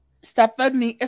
Stephanie